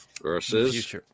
Versus